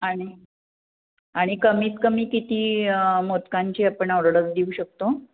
आणि आणि कमीत कमी किती मोदकांची आपण ऑर्डर देऊ शकतो